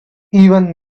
even